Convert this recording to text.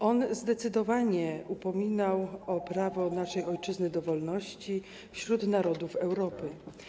On zdecydowanie upominał się o prawo naszej ojczyzny do wolności wśród narodów Europy.